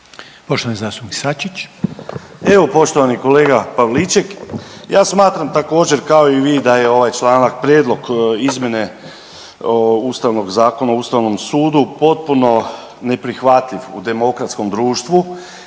suverenisti)** Evo poštovani kolega Pavliček, ja smatram također kao i vi da je ovaj članak, prijedlog izmjene Ustavnog zakona o Ustavnom sudu potpuno neprihvatljiv u demokratskom društvu